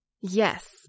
Yes